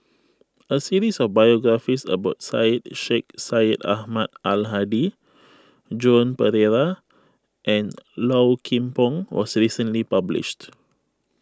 a series of biographies about Syed Sheikh Syed Ahmad Al Hadi Joan Pereira and Low Kim Pong was recently published